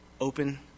open